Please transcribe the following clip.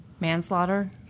Manslaughter